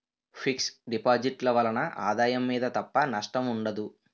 fix deposit ల వలన ఆదాయం మీద తప్ప నష్టం ఉండదు